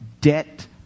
debt